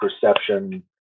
perception